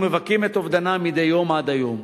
אנחנו מבכים את אובדנם מדי יום, עד היום.